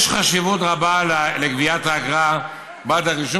יש חשיבות רבה לגביית האגרה בעד הרישום